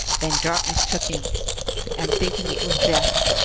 then darkness took him and thinking it was death,